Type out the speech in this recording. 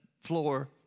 floor